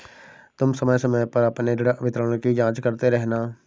तुम समय समय पर अपने ऋण विवरण की जांच करते रहना